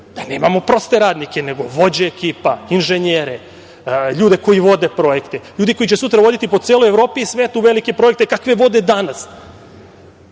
da nemamo proste radnike, nego vođe ekipa, inženjere, ljudi koji vode projekte, ljudi koji će sutra voditi po celoj Evropi i svetu velike projekte kakve vode danas. Znate